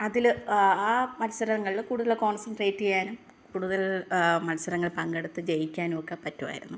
അതിൽ ആ മത്സരങ്ങളിൽ കൂടുതൽ കോൺസെൻട്രേറ്റ് ചെയ്യാനും കൂടുതൽ മത്സരങ്ങളില് പങ്കെടുത്ത് ജയിക്കാനുമൊക്കെ പറ്റുമായിരുന്നു